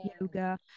yoga